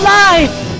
life